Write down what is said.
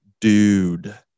dude